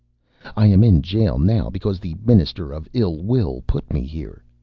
i am in jail now because the minister of ill-will put me here.